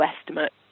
estimate